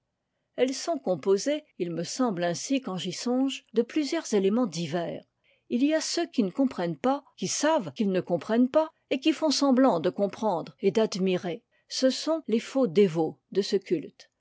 elles sont composées il me semble ainsi quand j'y songe de plusieurs éléments divers il y a ceux qui ne comprennent pas qui savent qu'ils ne comprennent pas et qui font semblant de comprendre et d'admirer ce sont les faux dévots de ce culte